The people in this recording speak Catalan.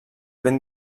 ben